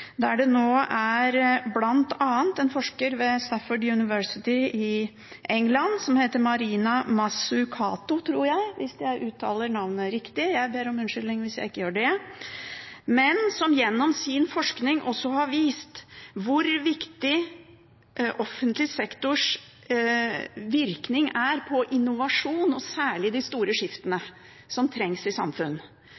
der det nå bl.a. er en forsker ved Staffordshire University i England som heter Mariana Mazzucato som gjennom sin forskning har vist hvor viktig offentlig sektors virkning er på innovasjon og særlig de store skiftene som trengs i samfunn, altså at man ikke må undervurdere offentlig sektors innsats som en stor aktør og